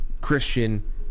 Christian